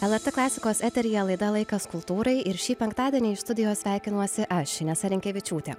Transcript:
lrt klasikos eteryje laida laikas kultūrai ir šį penktadienį iš studijos sveikinuosi aš inesa rinkevičiūtė